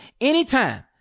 anytime